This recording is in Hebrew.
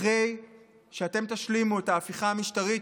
אחרי שאתם תשלימו את ההפיכה המשטרית,